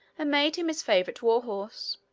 and made him his favorite war horse.